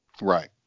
right